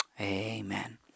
Amen